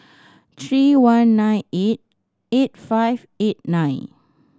three one nine eight eight five eight nine